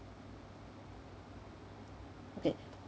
okay